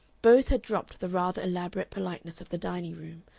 both had dropped the rather elaborate politeness of the dining-room,